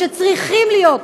שצריכים להיות,